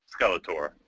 Skeletor